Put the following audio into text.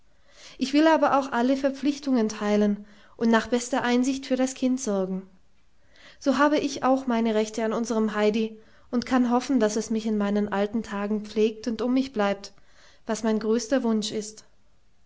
ich will aber auch alle verpflichtungen teilen und nach bester einsicht für das kind sorgen so habe ich auch meine rechte an unserem heidi und kann hoffen daß es mich in meinen alten tagen pflegt und um mich bleibt was mein größter wunsch ist